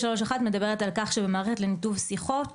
33(1) מדברת על כך שבמערכת לניתוב שיחות